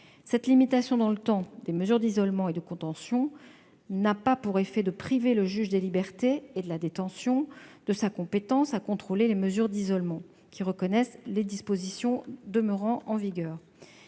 Cette limitation dans le temps des mesures d'isolement et de contention n'a pas pour effet de priver le juge des libertés et de la détention de sa compétence à contrôler lesdites mesures, les dispositions afférentes demeurant en vigueur.